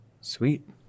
Sweet